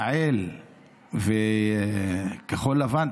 יעל וכחול לבן,